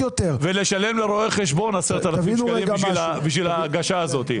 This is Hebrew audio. --- ולשלם לרואה חשבון 10,000 שקלים בשביל ההגשה הזאת.